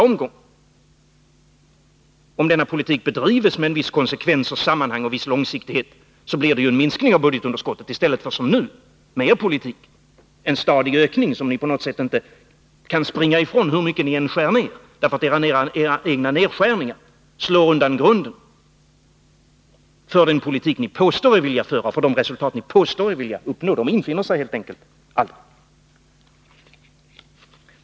Om denna politik bedrivs med en viss konsekvens och långsiktighet blir följden i nästa omgång en minskning av budgetunderskottet istället för som nu — med er politik — en ökning, som ni inte kan springa ifrån, hur mycket ni än skär ner, därför att era egna nedskärningar slår undan grunden för den politik ni påstår er vilja föra — de resultat ni påstår er vilja uppnå infinner sig helt enkelt aldrig.